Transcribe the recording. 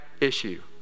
issue